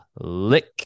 lick